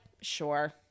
Sure